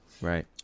Right